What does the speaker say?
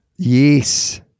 Yes